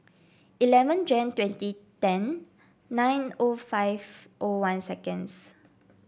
eleven Jan twenty ten nine O five O one seconds